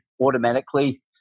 automatically